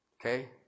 Okay